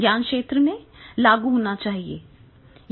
ज्ञान क्षेत्र में लागू होना चाहिए